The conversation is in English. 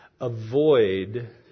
avoid